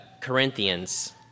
Corinthians